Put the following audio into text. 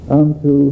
unto